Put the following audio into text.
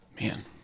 man